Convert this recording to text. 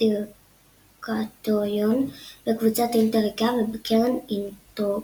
דירקטוריון בקבוצת אינטר איקאה ובקרן אינטרוגו.